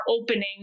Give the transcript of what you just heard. opening